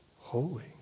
holy